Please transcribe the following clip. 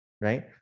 right